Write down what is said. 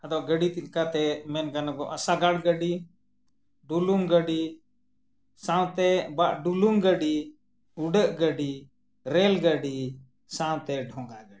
ᱟᱫᱚ ᱜᱟᱹᱰᱤ ᱤᱫᱤ ᱠᱟᱛᱮᱫ ᱢᱮᱱ ᱜᱟᱱᱚᱜᱚᱜᱼᱟ ᱥᱟᱜᱟᱲ ᱜᱟᱹᱰᱤ ᱰᱩᱞᱩᱝ ᱜᱟᱹᱰᱤ ᱥᱟᱶᱛᱮ ᱵᱟ ᱰᱩᱞᱩᱝ ᱜᱟᱹᱰᱤ ᱩᱰᱟᱹᱜ ᱜᱟᱹᱰᱤ ᱨᱮᱹᱞ ᱜᱟᱹᱰᱤ ᱥᱟᱶᱛᱮ ᱰᱷᱚᱸᱜᱟ ᱜᱟᱹᱰᱤ